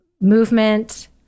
movement